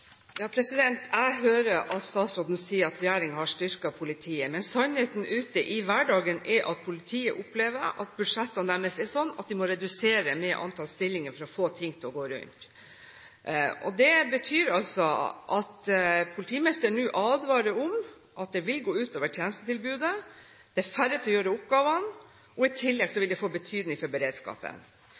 Jeg hører at statsråden sier at regjeringen har styrket politiet, men sannheten ute i hverdagen er at politiet opplever at budsjettene deres er sånn at de må redusere antall stillinger for å få ting til å gå rundt. Det betyr at politimestrene nå advarer om at det vil gå ut over tjenestetilbudet. Det er færre til å utføre oppgavene, og i tillegg vil det få betydning for beredskapen.